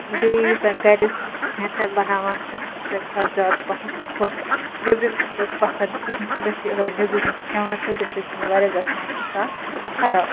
بیٚیہِ یُس زَن گَر یُس کھٮ۪ن چٮ۪ن بَناوان چھِ سُہ چھُ مےٚ گژھان زیادٕ پَہَم خۄش نیٚبرِم چھِنہٕ مےٚ پَسنٛد کِہیٖنٛۍ تہِ مےٚ چھِ اگر بہٕ نیبرِ کیٚنٛہہ کھٮ۪وان چھَس تمہِ سۭتۍ چھِ مےٚ واریاہ زیادٕ صحت گژھان خراب